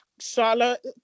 Charlotte